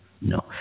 No